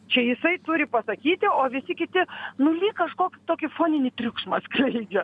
čia jisai turi pasakyti o visi kiti nu lyg kažkoks tokį foninį triukšmą žaidžia